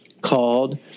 called